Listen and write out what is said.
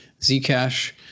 Zcash